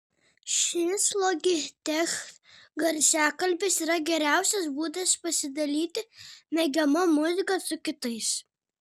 šis logitech garsiakalbis yra geriausias būdas pasidalyti mėgiama muzika su kitais